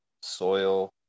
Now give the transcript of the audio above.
soil